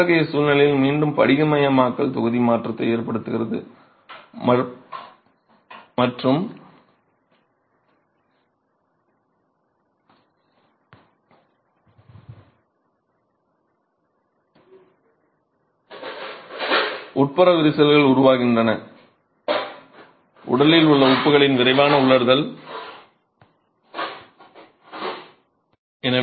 அத்தகைய சூழ்நிலையில் மீண்டும் படிகமயமாக்கல் தொகுதி மாற்றத்தை ஏற்படுத்துகிறது மற்றும் உட்புற விரிசல்கள் உருவாகின்றன உடலில் உள்ள உப்புகளின் விரைவான உலர்தல் மற்றும் படிகமாக்கல் ஏற்பட்டால் நீங்கள் உண்மையில் செங்கற்களை உதிர்க்கலாம்